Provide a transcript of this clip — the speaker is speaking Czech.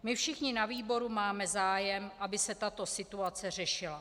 My všichni na výboru máme zájem, aby se tato situace řešila.